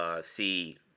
see